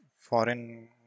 foreign